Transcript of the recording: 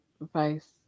advice